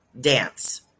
Dance